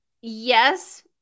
yes